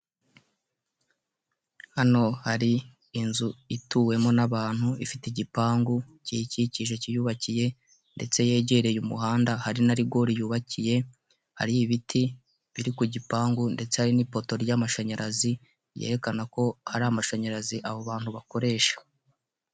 Hano hari inzu ituwemo n'abantu, ifite igipangu kiyikikije kiyubakiye, ndetse yegereye umuhanda, hari na rigori yubakiye, hari ibiti biri ku gipangu, ndetse hari n'ipoto ry'amashanyarazi ryekenaka ko hari amashanyarazi abo bantu bakoresha.